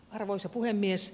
arvoisa puhemies